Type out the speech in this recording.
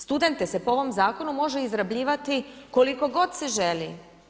Studente se po ovom zakonu može izrabljivati koliko god se želi.